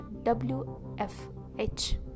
wfh